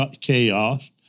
chaos